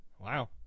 Wow